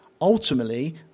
ultimately